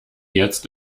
jetzt